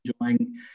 enjoying